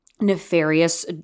nefarious